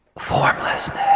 formlessness